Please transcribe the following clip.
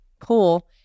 Cool